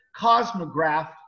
Cosmograph